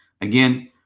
again